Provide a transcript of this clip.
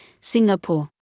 Singapore